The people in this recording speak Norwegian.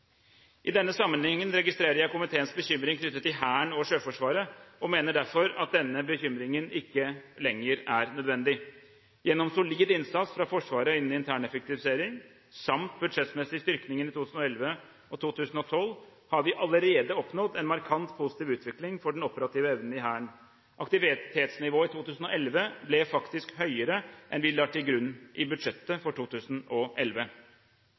I denne sammenheng registrerer jeg komiteens bekymring knyttet til Hæren og Sjøforsvaret og mener derfor at denne bekymringen ikke lenger er nødvendig. Gjennom solid innsats fra Forsvaret innen interneffektivisering, samt budsjettmessig styrking i 2011 og 2012, har vi allerede oppnådd en markant positiv utvikling for den operative evnen i Hæren. Aktivitetsnivået i 2011 ble faktisk høyere enn vi la til grunn i budsjettet for 2011.